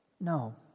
No